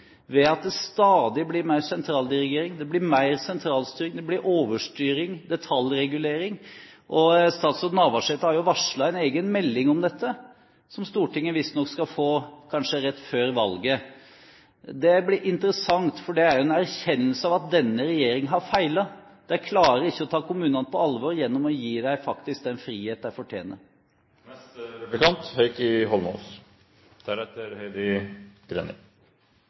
ved at det stadig blir mer sentraldirigering. Det blir mer sentralstyring, det blir overstyring og detaljregulering. Statsråd Navarsete har jo varslet en egen melding om dette, som Stortinget visstnok skal få, kanskje rett før valget. Det blir interessant, for det er jo en erkjennelse av at denne regjeringen har feilet. De klarer ikke å ta kommunene på alvor gjennom å gi dem den friheten de faktisk fortjener. Det var, etter min oppfatning, en komplett uforståelig avslutning fra Trond Helleland til den